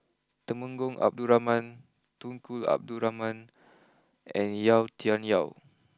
Temenggong Abdul Rahman Tunku Abdul Rahman and Yau Tian Yau